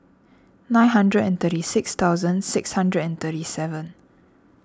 nine hundred and thirty six thousand six hundred and thirty seven